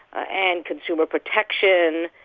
and consumer protection,